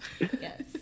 yes